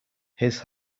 his